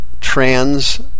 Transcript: trans